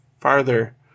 farther